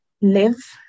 live